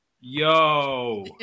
yo